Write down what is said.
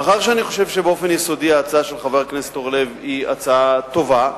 מאחר שאני חושב שבאופן יסודי ההצעה של חבר הכנסת אורלב היא הצעה טובה,